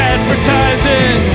Advertising